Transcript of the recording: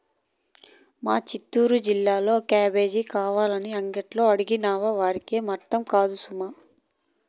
మా చిత్తూరు జిల్లాలో క్యాబేజీ కావాలని అంగట్లో అడిగినావా వారికేం అర్థం కాదు సుమా